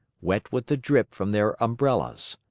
wet with the drip from their umbrellas.